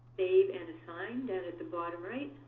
save and assign down at the bottom right.